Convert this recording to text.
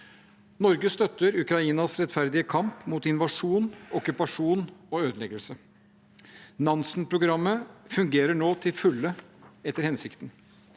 Norge støtter Ukrainas rettferdige kamp mot invasjon, okkupasjon og ødeleggelse. Nansen-programmet fungerer nå til fulle etter hensikten.